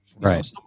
Right